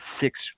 six